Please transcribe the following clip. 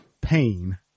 pain